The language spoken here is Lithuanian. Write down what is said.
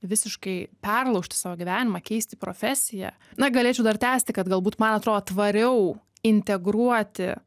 visiškai perlaužti savo gyvenimą keisti profesiją na galėčiau dar tęsti kad galbūt man atrodo tvariau integruoti